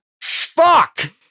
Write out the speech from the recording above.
fuck